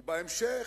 ובהמשך,